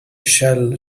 shall